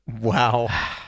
wow